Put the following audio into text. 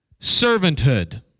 servanthood